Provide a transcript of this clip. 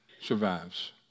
survives